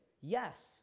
yes